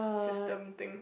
system thing